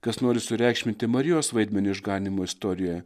kas nori sureikšminti marijos vaidmenį išganymo istorijoje